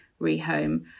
rehome